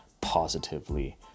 positively